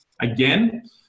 Again